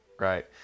right